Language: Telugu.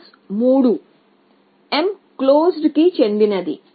కేసు 3 m క్లోస్డ్ కి చెందినది